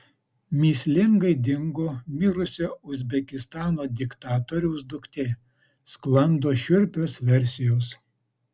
mįslingai dingo mirusio uzbekistano diktatoriaus duktė sklando šiurpios versijos